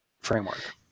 framework